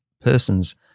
persons